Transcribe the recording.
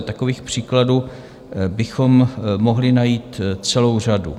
Takových příkladů bychom mohli najít celou řadu.